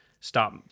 stop